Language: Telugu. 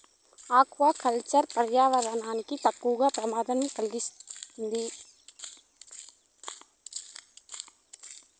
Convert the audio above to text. ఆక్వా కల్చర్ పర్యావరణానికి తక్కువ ప్రమాదాన్ని కలిగిస్తాది